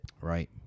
Right